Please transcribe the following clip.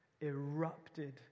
erupted